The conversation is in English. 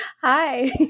hi